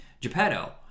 Geppetto